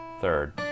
third